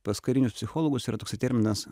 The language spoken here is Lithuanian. pas karinius psichologus yra toksai terminas